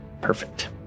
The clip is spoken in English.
Perfect